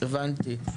הבנתי.